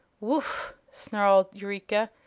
woogh! snarled eureka,